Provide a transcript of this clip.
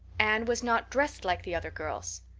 anne was not dressed like the other girls!